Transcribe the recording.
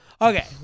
Okay